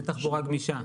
זה תחבורה גמישה.